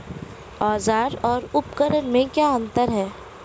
औज़ार और उपकरण में क्या अंतर है?